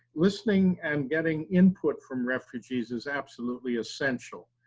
listening and getting input from refugees is absolutely essential.